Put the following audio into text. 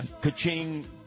ka-ching